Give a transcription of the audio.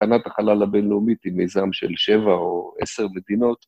תחנת החלל הבינלאומית ‫היא מיזם של שבע או עשר מדינות.